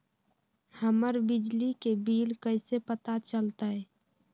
हमर बिजली के बिल कैसे पता चलतै?